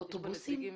אוטובוסים?